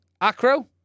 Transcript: acro